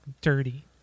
dirty